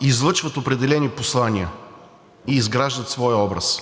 излъчват определени послания и изграждат своя образ.